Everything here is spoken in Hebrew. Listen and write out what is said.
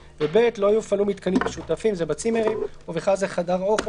(ב) לא יופעלו מיתקנים משותפים זה בצימרים - ובכלל זה חדר אוכל,